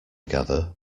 gather